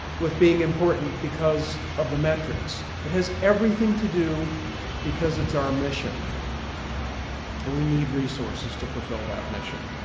with being important because of the metrics. it has everything to do because it's our mission and we need resources to fulfill that mission.